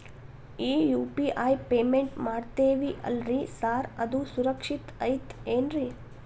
ಈ UPI payment ಮಾಡ್ತೇವಿ ಅಲ್ರಿ ಸಾರ್ ಅದು ಸುರಕ್ಷಿತ್ ಐತ್ ಏನ್ರಿ?